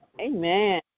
amen